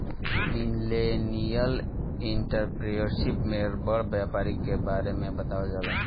millennial entrepreneurship में बड़ व्यापारी के बारे में बतावल जाला